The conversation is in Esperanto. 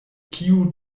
kiu